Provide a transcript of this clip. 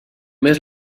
més